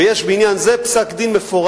בשבתו כבג"ץ, ויש בעניין הזה פסק-דין מפורט